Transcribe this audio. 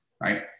right